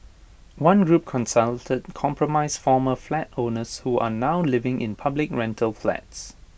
one group consulted comprised former flat owners who are now living in public rental flats